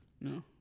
No